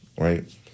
right